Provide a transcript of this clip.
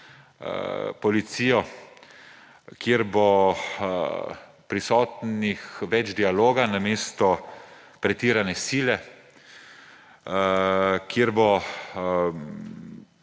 policijo, kjer bo prisotno več dialoga namesto pretirane sile, kjer bo